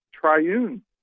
triune